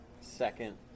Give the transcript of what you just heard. second